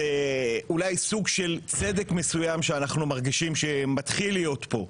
זה אולי סוג של צדק מסוים שאנחנו מרגישים שמתחיל להיות פה.